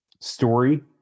story